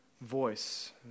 voice